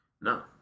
No